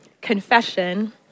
Confession